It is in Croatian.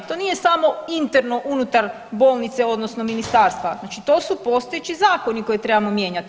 To nije samo interno unutar bolnice odnosno ministarstva, znači to su postojeći zakoni koje trebamo mijenjati.